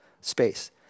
space